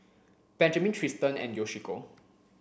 Benjamin Tristan and Yoshiko